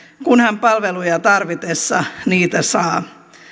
kunhan palveluja tarvitessaan niitä saa